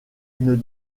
une